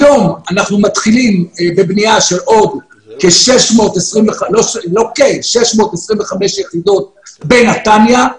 היום אנחנו מתחילים בבנייה של עוד 625 יחידות בנתניה,